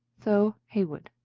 tho. heywood.